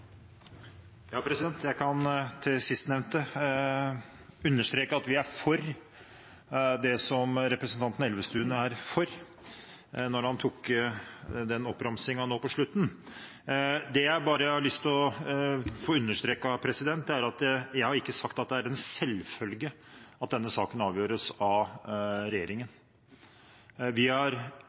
for det som representanten Elvestuen er for, da han tok den oppramsingen nå på slutten. Det jeg bare har lyst til å få understreket, er at jeg ikke har sagt at det er en selvfølge at denne saken avgjøres av regjeringen. Jeg sa at vi har avveid og vurdert de opplysningene som har tilkommet komiteen i forbindelse med behandlingen av denne saken, og vi har